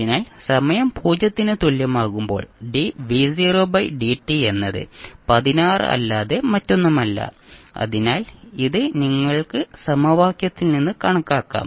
അതിനാൽ സമയം 0 ന് തുല്യമാകുമ്പോൾ എന്നത് 16 അല്ലാതെ മറ്റൊന്നുമല്ല അതിനാൽ ഇത് നിങ്ങൾക്ക് സമവാക്യത്തിൽ നിന്ന് കണക്കാക്കാം